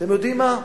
אתם יודעים מה,